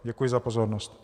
Děkuji za pozornost.